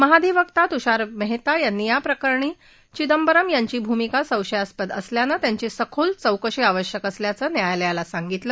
महाधिवक्ता तुषार मेहता यांनी या भ्रष्टाचार प्रकरणी चिंदबरम यांची भूमिका संशयास्पद असल्यानं त्यांची सखोल चौकशी आवश्यक असल्याचं न्यायालयाला सांगितलं